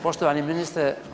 Poštovani ministre.